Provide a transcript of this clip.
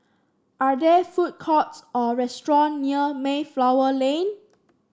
are there food courts or restaurants near Mayflower Lane